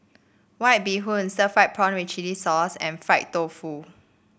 White Bee Hoon Stir Fried Prawn with Chili Sauce and Fried Tofu